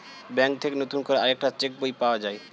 bank থেকে নতুন করে আরেকটা চেক বই পাওয়া যায়